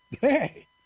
hey